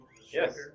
Yes